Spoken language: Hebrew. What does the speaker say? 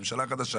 הממשלה החדשה,